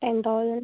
ten thousand